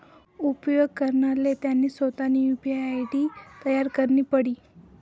उपेग करणाराले त्यानी सोतानी यु.पी.आय आय.डी तयार करणी पडी